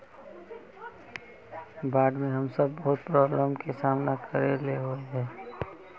बाढ में हम सब बहुत प्रॉब्लम के सामना करे ले होय है?